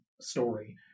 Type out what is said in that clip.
story